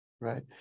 Right